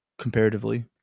comparatively